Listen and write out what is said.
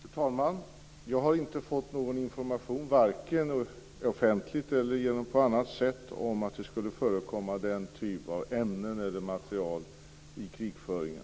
Fru talman! Jag har inte fått någon information vare sig offentligt eller på annat sätt om att det skulle förekomma den typen av ämnen eller material i krigföringen.